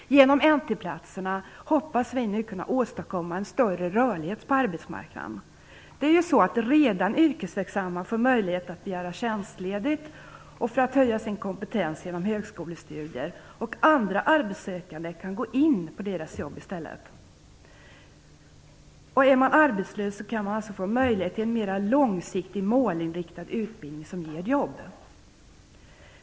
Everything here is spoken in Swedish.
Genom N/T-platserna hoppas vi också kunna åstadkomma en större rörlighet på arbetsmarknaden. Redan yrkesverksamma får möjlighet att begära tjänstledigt för att höja sin kompetens genom högskolestudier, och andra arbetssökande kan då gå in på deras jobb. Är man arbetslös kan man få möjlighet till en mera långsiktig, målinriktad utbildning som ger jobb.